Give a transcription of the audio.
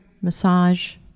massage